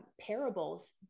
parables